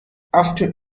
after